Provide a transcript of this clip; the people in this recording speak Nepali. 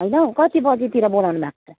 होइन हौ कति बजेतिर बोलाउनुभएको छ